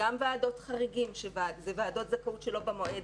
גם ועדות חריגים שהן ועדות זכאות שאינן במועד